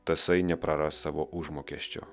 tasai nepraras savo užmokesčio